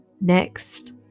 next